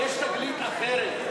יש תגלית אחרת,